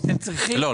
לא.